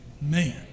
Man